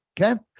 okay